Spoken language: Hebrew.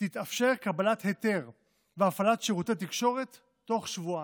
תתאפשר קבלת היתר והפעלת שירותי תקשורת בתוך כשבועיים,